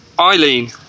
Eileen